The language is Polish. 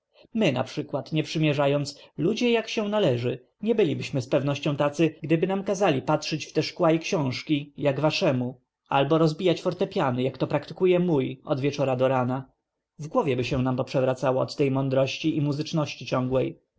odbiera my naprzykład nie przymierzając ludzie jak się należy nie bylibyśmy z pewnością tacy gdyby nam kazali patrzyć w te szkła i książki jak waszemu albo rozbijać fortepiany jak to praktykuje mój od wieczora do rana w głowie by nam się poprzewracało od tj mądrości i muzyczności ciągłej